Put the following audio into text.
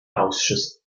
ausschüssen